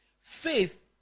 Faith